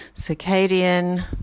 circadian